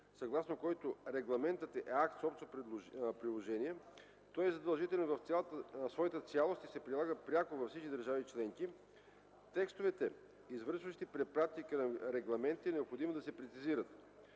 съгласно който „Регламентът е акт с общо приложение. Той е задължителен в своята цялост и се прилага пряко във всички държави-членки.”, текстовете, извършващи препратки към регламенти е необходимо да се прецизират.